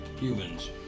Humans